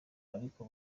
ariko